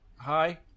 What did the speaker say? hi